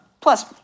Plus